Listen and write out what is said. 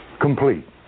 Complete